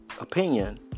opinion